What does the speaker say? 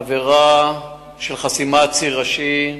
עבירה של חסימת ציר ראשי,